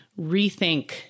rethink